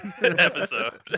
episode